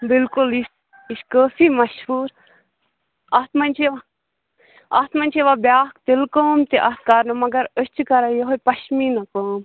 بلکُل یہ چھ کٲفی مشہور اتھ مَنٛز چھ یوان اتھ مَنٛز چھ یوان بیاکھ تلہٕ کٲم تہِ اتھ کرنہ مگر أسۍ چھِ کران یہے پشمیٖنہ کٲم